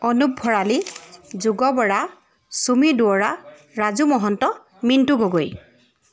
Anup Bharali Jug Bora Chumi Duwara Raju Mahanta Mintu Gogoi